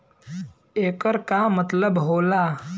येकर का मतलब होला?